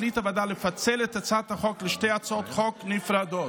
החליטה הוועדה לפצל את הצעת החוק לשתי הצעות חוק נפרדות,